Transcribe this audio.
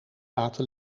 laten